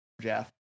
Jeff